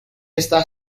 está